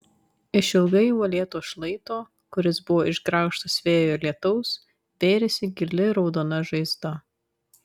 išilgai uolėto šlaito kuris buvo išgraužtas vėjo ir lietaus vėrėsi gili raudona žaizda